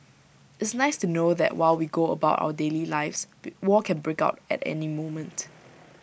it's nice to know that while we go about our daily lives war can break out at any moment